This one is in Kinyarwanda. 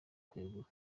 kwegura